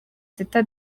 teta